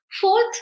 Fourth